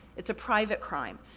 it's a private crime,